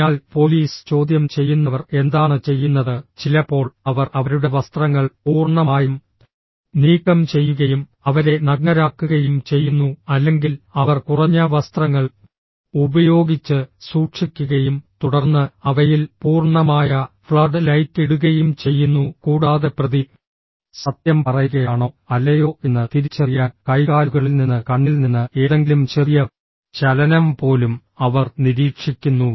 അതിനാൽ പോലീസ് ചോദ്യം ചെയ്യുന്നവർ എന്താണ് ചെയ്യുന്നത് ചിലപ്പോൾ അവർ അവരുടെ വസ്ത്രങ്ങൾ പൂർണ്ണമായും നീക്കം ചെയ്യുകയും അവരെ നഗ്നരാക്കുകയും ചെയ്യുന്നു അല്ലെങ്കിൽ അവർ കുറഞ്ഞ വസ്ത്രങ്ങൾ ഉപയോഗിച്ച് സൂക്ഷിക്കുകയും തുടർന്ന് അവയിൽ പൂർണ്ണമായ ഫ്ളഡ് ലൈറ്റ് ഇടുകയും ചെയ്യുന്നു കൂടാതെ പ്രതി സത്യം പറയുകയാണോ അല്ലയോ എന്ന് തിരിച്ചറിയാൻ കൈകാലുകളിൽ നിന്ന് കണ്ണിൽ നിന്ന് ഏതെങ്കിലും ചെറിയ ചലനം പോലും അവർ നിരീക്ഷിക്കുന്നു